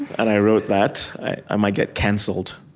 and i wrote that, i might get cancelled.